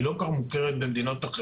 היא לא כל כך מוכרת במדינות אחרות.